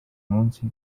munsi